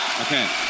Okay